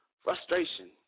frustration